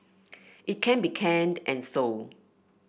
it can be canned and sold